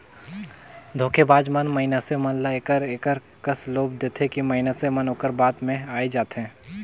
धोखेबाज मन मइनसे मन ल एकर एकर कस लोभ देथे कि मइनसे मन ओकर बात में आए जाथें